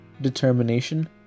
determination